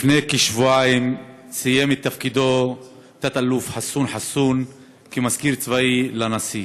לפני כשבועיים סיים את תפקידו תת-אלוף חסון חסון כמזכיר צבאי של הנשיא.